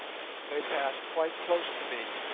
they passed quite close to me,